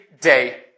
day